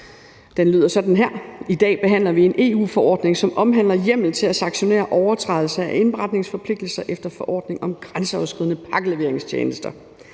Den lyder sådan her: I dag behandler vi en EU-forordning, som omhandler hjemmel til at sanktionere overtrædelse af indberetningsforpligtelser efter forordning om grænseoverskridende pakkeleveringstjenester.